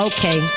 Okay